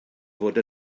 fod